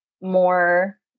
more